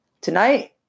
Tonight